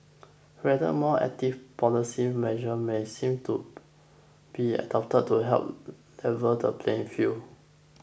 rather more active policy measures may seem to be adopted to help level the playing field